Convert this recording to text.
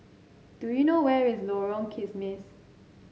do you know where is Lorong Kismis